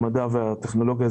המדע והטכנולוגיה,